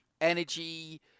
energy